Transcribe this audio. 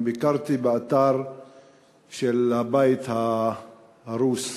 גם ביקרתי באתר של הבית ההרוס.